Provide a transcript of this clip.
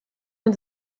man